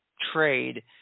trade